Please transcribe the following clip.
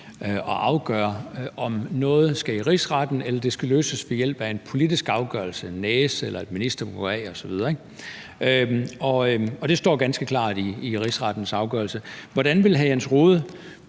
at afgøre, om noget skal i Rigsretten, eller om det skal løses ved hjælp af en politisk afgørelse – en næse eller at ministeren må gå af osv., ikke? Det står ganske klart i Rigsrettens afgørelse. Hvordan vil hr.